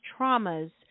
traumas